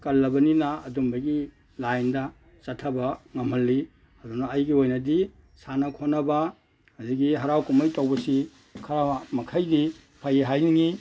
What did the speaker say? ꯀꯜꯂꯕꯅꯤꯅ ꯑꯗꯨꯝꯕꯒꯤ ꯂꯥꯏꯟꯗ ꯆꯠꯊꯕ ꯉꯝꯍꯜꯂꯤ ꯑꯗꯨꯅ ꯑꯩꯒꯤ ꯑꯣꯏꯅꯗꯤ ꯁꯥꯟꯅ ꯈꯣꯠꯅꯕ ꯑꯗꯒꯤ ꯍꯔꯥꯎ ꯀꯨꯝꯍꯩ ꯇꯧꯕꯁꯤ ꯈꯔ ꯃꯈꯩꯗꯤ ꯐꯩ ꯍꯥꯏꯅꯤꯡꯏ